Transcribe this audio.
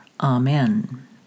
Amen